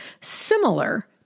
similar